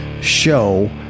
show